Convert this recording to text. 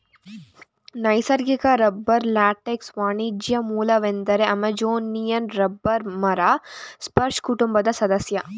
ನೈಸರ್ಗಿಕ ರಬ್ಬರ್ ಲ್ಯಾಟೆಕ್ಸ್ನ ವಾಣಿಜ್ಯ ಮೂಲವೆಂದರೆ ಅಮೆಜೋನಿಯನ್ ರಬ್ಬರ್ ಮರ ಸ್ಪರ್ಜ್ ಕುಟುಂಬದ ಸದಸ್ಯ